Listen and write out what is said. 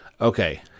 okay